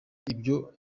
ibyo